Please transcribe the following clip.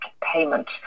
payment